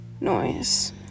noise